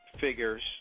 figures